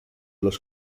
los